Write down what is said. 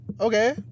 okay